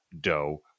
dough